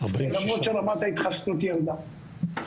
למרות שרמת ההתחסנות ירדה.